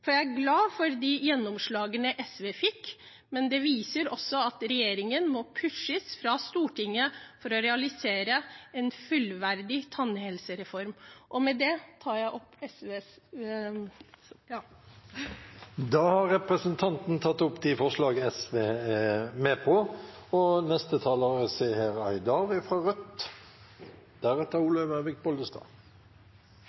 Jeg er glad for de gjennomslagene SV fikk, men det viser også at regjeringen må pushes fra Stortinget for å realisere en fullverdig tannhelsereform. Med det tar jeg opp SVs forslag. Representanten Marian Hussein har tatt opp de forslagene hun refererte til. Brekker du beinet, skal du få tilgang til helsehjelp, uansett hvor tykk lommeboka di er,